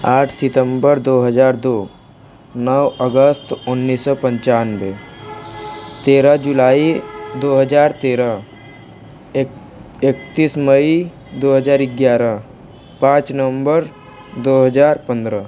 आठ सितम्बर दो हज़ार दो नौ अगस्त उन्नीस सौ पंचानबे तेरह जुलाई दो हज़ार तेरह एकतीस मई दो हज़ार ग्यारह पाँच नवम्बर दो हज़ार पंद्रह